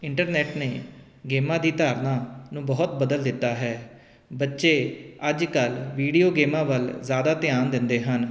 internet ਨੇ ਗੇਮਾਂ ਦੀ ਧਾਰਨਾ ਨੂੰ ਬਹੁਤ ਬਦਲ ਦਿੱਤਾ ਹੈ ਬੱਚੇ ਅੱਜ ਕੱਲ੍ਹ ਵੀਡੀਓ ਗੇਮਾਂ ਵੱਲ ਜ਼ਿਆਦਾ ਧਿਆਨ ਦਿੰਦੇ ਹਨ